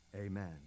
Amen